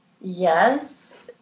yes